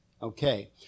Okay